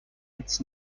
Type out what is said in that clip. its